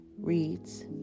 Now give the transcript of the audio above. reads